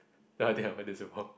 then I think I've heard this before